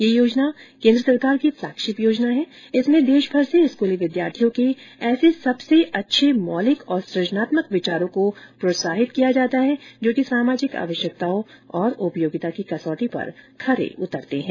यह योजना केन्द्र सरकार की फ्लैगशिप योजना है जिसमें देशभर से स्कूली विद्यार्थियों के ऐसे सबसे अच्छे मौलिक और सुजनात्मक विचारों को प्रोत्साहित किया जाता है जो कि सामाजिक आवश्यकताओं तथा उपयोगिता की कसौटी पर खरे उतरते हैं